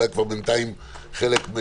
אולי בינתיים גם הם.